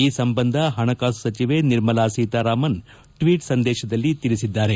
ಈ ಸಂಬಂಧ ಹಣಕಾಸು ಸಚಿವೆ ನಿರ್ಮಲಾ ಸೀತಾರಾಮನ್ ಟ್ವೀಟ್ ಸಂದೇಶದಲ್ಲಿ ತಿಳಿಸಿದ್ದಾರೆ